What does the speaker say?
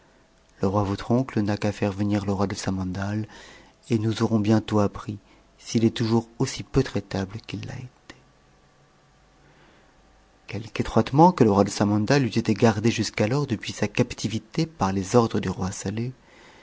le roi votre oncle n'a qu'à faire venir le roi de samandal et nous aurons bientôt appris s'il est toujours aussi peu traitable qu'il l'a été quelque étroitement que le roi de samandal eût été gardé jusqu'alors depuis sa captivité par les ordres du roi saleh